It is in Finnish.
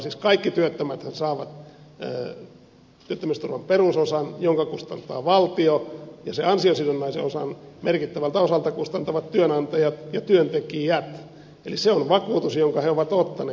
siis kaikki työttömäthän saavat työttömyysturvan perusosan jonka kustantaa valtio ja sen ansiosidonnaisen osan merkittävältä osalta kustantavat työnantajat ja työntekijät eli se on vakuutus jonka he ovat ottaneet